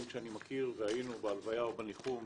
שאני מכיר והיינו בהלוויות ובניחומים,